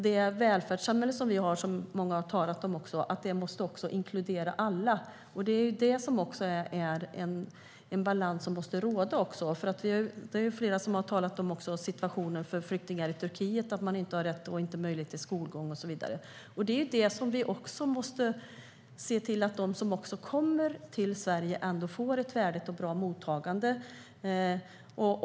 Det välfärdssamhälle som vi har, som många har talat om, måste inkludera alla. Det är en balans som måste råda. Det är flera som har talat om situationen för flyktingar i Turkiet, att de inte har rätt och inte har möjlighet till skolgång och så vidare. Vi måste se till att de som kommer till Sverige får ett värdigt och bra mottagande.